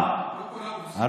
רעל, ווליד, לא כל האופוזיציה.